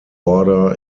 order